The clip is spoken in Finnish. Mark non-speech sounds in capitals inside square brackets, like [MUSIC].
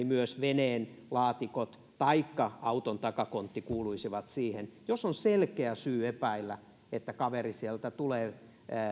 [UNINTELLIGIBLE] myös veneen laatikot taikka auton takakontti kuuluisi tarkistaa jos on selkeä syy epäillä että kaveri sieltä tulee